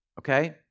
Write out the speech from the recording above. Okay